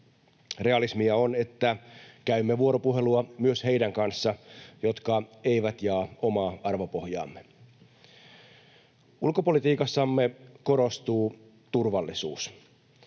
Realismia on, että käymme vuoropuhelua myös heidän kanssaan, jotka eivät jaa oma arvopohjaamme. Ulkopolitiikassamme korostuu turvallisuus.